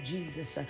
Jesus